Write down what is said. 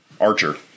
Archer